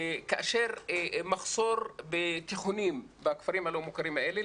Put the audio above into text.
כאשר מחסור בתיכונים בכפרים הלא מוכרים האלה,